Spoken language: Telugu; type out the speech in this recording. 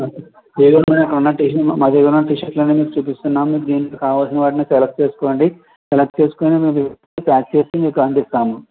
ఏది ఉండదు మేడం ఇక్కడున్నట్టు ఏమి మాదగ్గర ఉన్న టీ షర్ట్లన్ని మీకు చూపిస్తున్నాం మీకు కావలసిన వాటిని సెలెక్ట్ చేసుకోండి సెలెక్ట్ చేసుకొని మీకు ప్యాక్ చేసి మీకు అందిస్తాము